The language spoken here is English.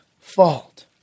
fault